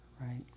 Right